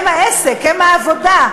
הם העסק, הם העבודה.